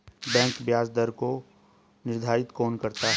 Bank ब्याज दर को निर्धारित कौन करता है?